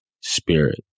spirit